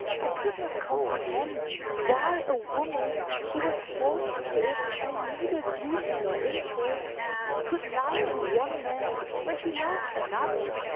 i could not comprehend why a woman who was forced to it by neither duty nor interest could lie to one man when she loved another.